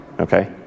Okay